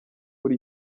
kuri